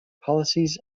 policies